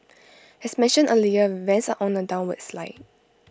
as mentioned earlier rents are on A downward slide